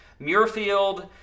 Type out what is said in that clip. muirfield